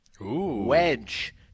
Wedge